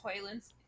Toilets